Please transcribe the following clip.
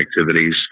activities